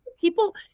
People